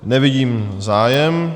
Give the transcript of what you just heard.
Nevidím zájem.